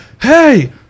Hey